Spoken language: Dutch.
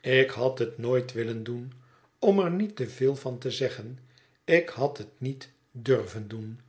ik had het nooit willen doen om er niet te veel van te zeggen ik had het niet durven doen